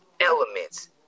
Elements